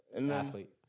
athlete